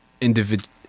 individual